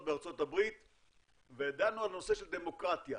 בארצות הברית ודנו על נושא של דמוקרטיה,